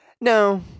No